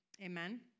Amen